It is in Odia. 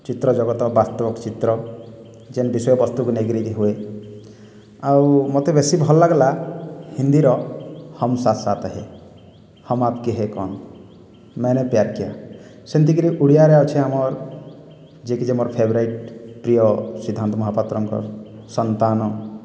ଚିତ୍ରଜଗତ ବାସ୍ତବିକ ଚିତ୍ର ଯେନ୍ ବିଷୟ ବସ୍ତୁକୁ ନେଇକରି ହୁଉ ଆଉ ମତେ ବେଶୀ ଭଲଲାଗ୍ଲା ହିନ୍ଦୀର ହମ୍ ସାଥ୍ ସାଥ୍ ହେ ହମ୍ ଆପ୍କେ ହୈ କୌନ ମୈନେ ପ୍ୟାର କିୟା ସେମିତିକିରି ଓଡ଼ିଆରେ ଅଛେ ଆମର୍ ଯିଏକି ମୋର ଫେଭରାଇଟ୍ ପ୍ରିୟ ସିଦ୍ଧାନ୍ତ ମହାପାତ୍ରଙ୍କର ସନ୍ତାନ